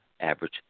Average